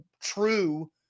true